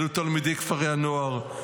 אלו תלמידי כפרי הנוער,